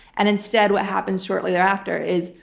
and instead, what happens shortly thereafter is,